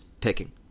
picking